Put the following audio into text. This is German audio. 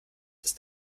ist